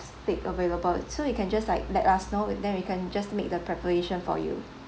steak available so you can just like let us know then we can just make the preparation for you